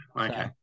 okay